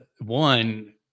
one